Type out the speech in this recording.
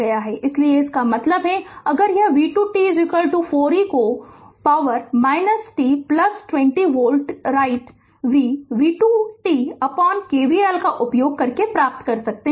इसलिए इसका मतलब है अगर यह v2 t 4 e को पावर - t 20 वोल्ट राइट भी v2 tKVL का उपयोग करके प्राप्त कर सकते है